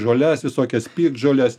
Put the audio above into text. žoles visokias piktžoles